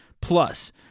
Plus